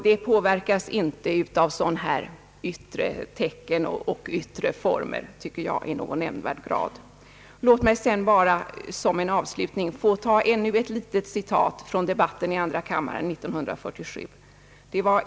Det påverkas inte av sådana här yttre tecken och former i någon nämnvärd grad. Låt mig sedan som en avslutning ännu en gång få citera ur debatten i andra kammaren år 1947.